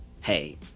Hey